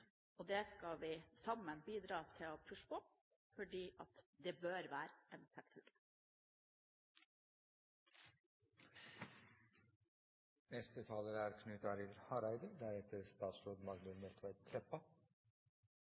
gode. Det skal vi sammen bidra til å pushe på, for det bør være en